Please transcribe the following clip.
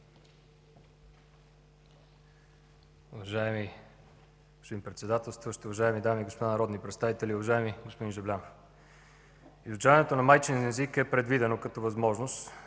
Уважаеми господин Председателстващ, уважаеми дами и господа народни представители! Уважаеми господин Жаблянов, изучаването на майчиния език е предвидено като възможност